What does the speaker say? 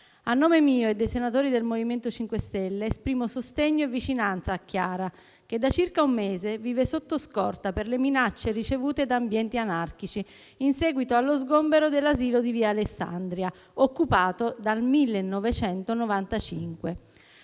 A nome mio e dei senatori del MoVimento 5 Stelle esprimo sostegno e vicinanza a Chiara che da circa un mese vive sotto scorta per le minacce ricevute da ambienti anarchici, in seguito allo sgombero dell'asilo di via Alessandria, occupato dal 1995.